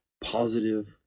positive